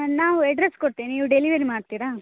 ನಾವು ಅಡ್ರೆಸ್ ಕೊಡ್ತೇವೆ ನೀವು ಡೆಲಿವರಿ ಮಾಡ್ತೀರ